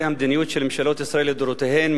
המדיניות של ממשלות ישראל לדורותיהן,